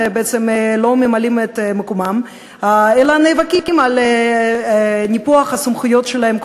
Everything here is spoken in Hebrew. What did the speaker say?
בעצם לא ממלאים את מקומם אלא נאבקים על ניפוח הסמכויות שלהם,